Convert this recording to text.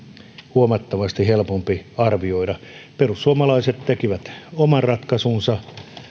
huomattavasti helpompi arvioida perussuomalaiset tekivät oman ratkaisunsa